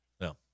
No